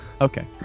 Okay